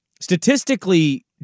Statistically